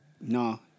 no